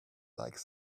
likes